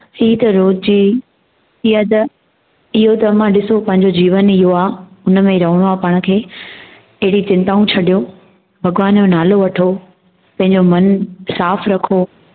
हीउ त रोज़ जी इहा त इहो त अमा ॾिसो पंहिंजो जीवन ई इहो आहे हुनमें ई रहणो आहे पाण खे अहिड़ी चिंताऊं छॾियो भॻिवान जो नालो वठो पंहिंजो मनु साफ़ रखो